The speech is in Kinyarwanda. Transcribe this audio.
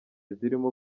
zirimo